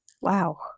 Wow